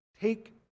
take